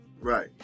right